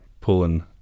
Pulling